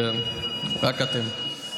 כן, רק אתם.